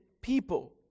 people